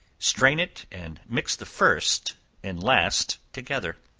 strain it and mix the first and last together.